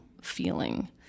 feeling